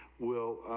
will,